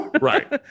right